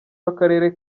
w’akarere